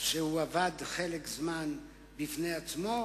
והוא עבד חלק מהזמן בפני עצמו.